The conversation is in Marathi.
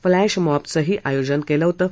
फ्लॅश मॉबचंही आयोजन केलं होतं